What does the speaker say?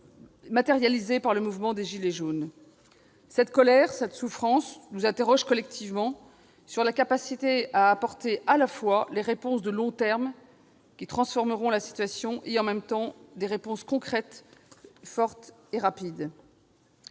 matérialisés par le mouvement des « gilets jaunes ». Cette colère, cette souffrance nous interrogent collectivement sur notre capacité à apporter des réponses de long terme, qui transformeront la situation, mais en même temps des réponses qui soient rapides,